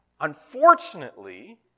Unfortunately